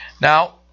Now